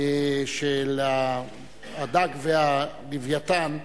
של הדג והלווייתן.